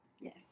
Yes